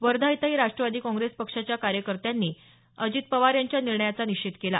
वर्धा इथंही राष्ट्रवादी काँग्रेस पक्षाच्या कार्यकर्त्यांच्या बैठकीत अजित पवार यांच्या निर्णयाचा निषेध केला